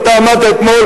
ועמדת אתמול